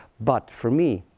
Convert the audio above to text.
but for me,